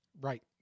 Right